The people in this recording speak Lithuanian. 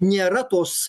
nėra tos